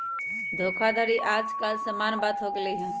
धोखाधड़ी याज काल समान्य बात हो गेल हइ